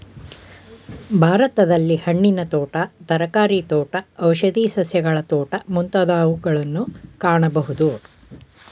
ಭಾರತದಲ್ಲಿ ಹಣ್ಣಿನ ತೋಟ, ತರಕಾರಿ ತೋಟ, ಔಷಧಿ ಸಸ್ಯಗಳ ತೋಟ ಮುಂತಾದವುಗಳನ್ನು ಕಾಣಬೋದು